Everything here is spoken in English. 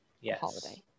yes